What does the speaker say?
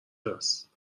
هست